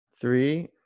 Three